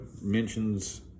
mentions